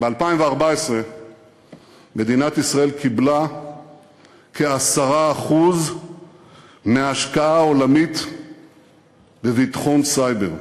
ב-2014 מדינת ישראל קיבלה כ-10% מההשקעה העולמית בביטחון סייבר.